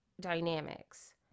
dynamics